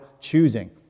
choosing